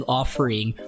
offering